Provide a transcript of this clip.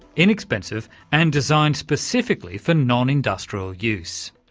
inexpensive and designed specifically for non-industrial use.